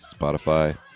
Spotify